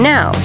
Now